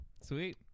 Sweet